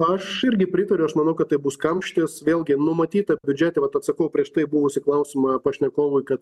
aš irgi pritariu aš manau kad tai bus kamštis vėlgi numatyta biudžete vat atsakau į prieš tai buvusį klausimą pašnekovui kad